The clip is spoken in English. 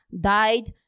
died